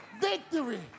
Victory